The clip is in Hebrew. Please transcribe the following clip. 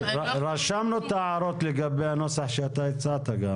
רשמנו את ההערות לגבי הנוסח שאתה הצעת גם.